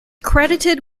credited